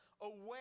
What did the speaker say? away